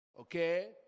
Okay